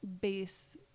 base